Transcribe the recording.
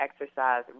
exercise